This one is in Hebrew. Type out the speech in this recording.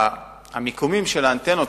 המיקומים של האנטנות,